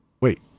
Wait